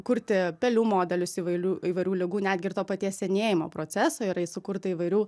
kurti pelių modelius įvailių įvairių ligų netgi ir to paties senėjimo proceso yra sukurta įvairių